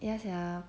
yes sia